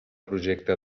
projecte